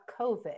COVID